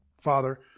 Father